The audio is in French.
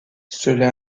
cela